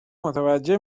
متوجه